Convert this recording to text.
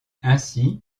ainsi